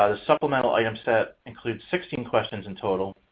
ah supplemental item set includes sixteen questions in total,